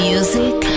Music